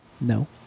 No